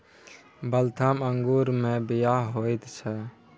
Waltham अंगूरमे बीया होइत छै